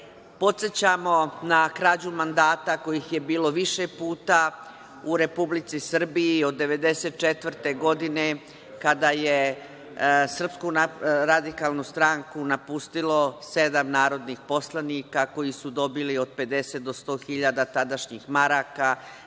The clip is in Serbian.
Podsećamo na krađu mandata kojih je bilo više puta u Republici Srbiji od 1994. godine kada je SRS napustilo sedam narodnih poslanika koji su dobili od 50 do 100 hiljada tadašnjih maraka.